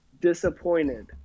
disappointed